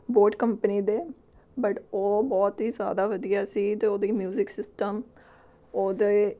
boat company ਦੇ but ਉਹ ਬਹੁਤ ਹੀ ਜ਼ਿਆਦਾ ਵਧੀਆ ਸੀ ਅਤੇ ਉਹਦੀ ਮਿਊਜ਼ਿਕ ਸਿਸਟਮ ਉਹਦੇ